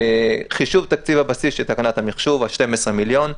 חישוב תקציב הבסיס של תקנת המחשוב על 12 מיליון,